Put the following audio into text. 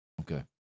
Okay